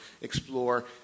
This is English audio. explore